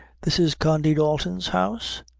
this is condy dalton's house?